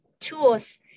tools